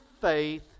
faith